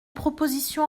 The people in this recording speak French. proposition